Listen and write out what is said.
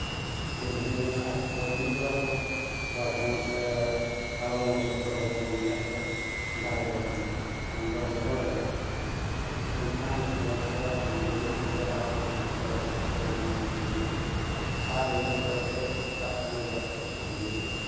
ᱜᱩᱨᱵᱷᱤᱱ ᱞᱮᱱᱟᱭ ᱛᱚ ᱩᱱᱤ ᱫᱚ ᱟᱫᱚ ᱵᱟᱭ ᱪᱟᱱᱥ ᱠᱟᱨᱚᱱ ᱵᱚᱥᱚᱛᱚ ᱦᱳᱭᱛᱚ ᱩᱱᱤᱭᱟᱜ ᱫᱚ ᱰᱟᱭᱵᱷᱚᱨᱥ ᱮᱱᱟᱭ ᱢᱮᱱ ᱫᱚ ᱦᱚᱥᱚᱨᱮᱱᱟᱭ ᱮᱱᱠᱷᱟᱱ ᱥᱚᱢᱚᱥᱟ ᱧᱤᱫᱟᱹ ᱢᱤᱫ ᱧᱤᱫᱟᱹ ᱦᱟᱲᱟᱢᱼᱵᱩᱲᱦᱤ ᱠᱚᱛᱮ ᱦᱚᱨᱦᱚ ᱠᱟᱛᱮᱫ ᱚᱱᱟ ᱧᱮᱞ ᱦᱩᱭᱱᱟ ᱟᱨ ᱤᱱᱟᱹ ᱯᱚᱨᱮᱛᱮ ᱥᱮᱛᱟᱜ ᱠᱷᱟᱱ ᱜᱮ ᱰᱟᱠᱛᱚᱨ ᱯᱷᱳᱱ ᱦᱩᱭᱱᱟ